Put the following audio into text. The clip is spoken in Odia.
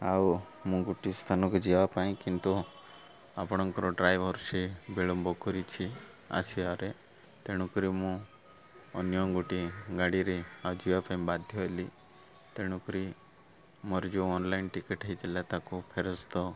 ଆଉ ମୁଁ ଗୋଟିଏ ସ୍ଥାନକୁ ଯିବା ପାଇଁ କିନ୍ତୁ ଆପଣଙ୍କର ଡ୍ରାଇଭର ସେ ବିଳମ୍ବ କରିଛି ଆସିିବାରେ ତେଣୁକରି ମୁଁ ଅନ୍ୟ ଗୋଟିଏ ଗାଡ଼ିରେ ଆଉ ଯିବା ପାଇଁ ବାଧ୍ୟ ହେଲି ତେଣୁକରି ମୋର ଯେଉଁ ଅନଲାଇନ୍ ଟିକେଟ୍ ହେଇଥିଲା ତାକୁ ଫେରସ୍ତ